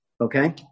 Okay